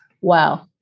wow